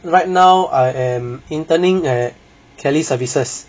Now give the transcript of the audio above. right now I am interning at Kelly services